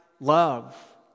love